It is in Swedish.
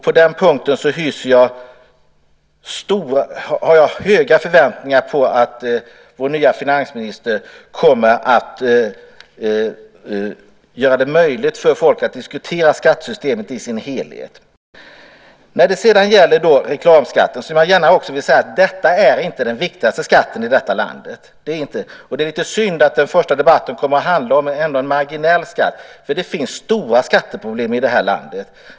På den punkten har jag stora förväntningar på att vår nye finansminister kommer att göra det möjligt för människor att diskutera skattesystemet i dess helhet. Jag vill säga att reklamskatten inte är den viktigaste skatten i detta land. Det är lite synd att den första debatten kommer att handla om en marginell skatt. Det finns nämligen stora skatteproblem i detta land.